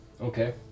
Okay